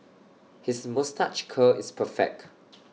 his moustache curl is perfect